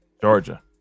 Georgia